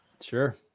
Sure